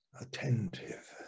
attentive